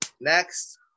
next